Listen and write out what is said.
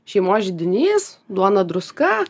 šeimos židinys duona druska